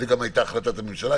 זו גם הייתה החלטת הממשלה.